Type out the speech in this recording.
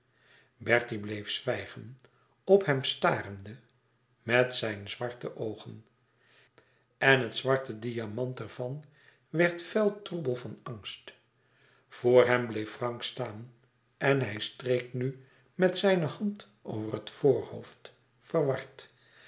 bertie bleef zwijgen op hem starende met zijne zwarte oogen en het zwarte diamant er van werd vuil troebel van angst voor hem bleef frank staan en hij streek nu met zijne hand over het voorhoofd verward